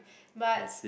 but